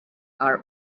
are